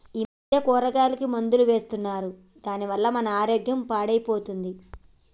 ఈ మధ్య కూరగాయలకి మందులు వేస్తున్నారు దాని వల్ల మన ఆరోగ్యం పాడైపోతుంది